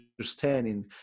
understanding